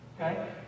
Okay